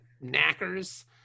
Knackers